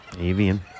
Avian